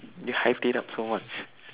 you hyped it up so much